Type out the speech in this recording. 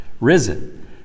risen